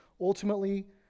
ultimately